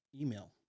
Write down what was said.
email